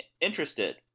interested